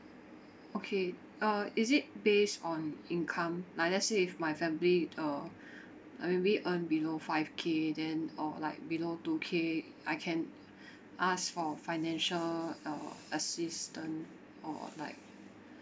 okay uh is it based on income like let's say if my family uh like maybe earn below five K then or like below two K I can ask for financial uh assistant or like